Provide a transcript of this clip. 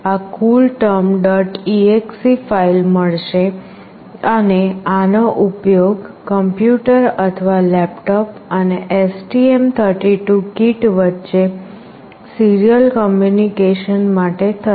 exe file મળશે અને આનો ઉપયોગ કમ્યુટર અથવા લેપટોપ અને STM32 કીટ વચ્ચે સીરીયલ કમ્યુનિકેશન માટે થશે